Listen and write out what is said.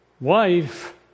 wife